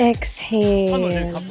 Exhale